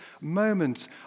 moment